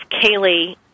Kaylee